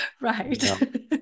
Right